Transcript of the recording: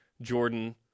Jordan